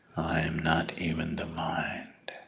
i am not even the mind.